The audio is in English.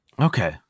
Okay